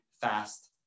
fast